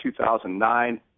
2009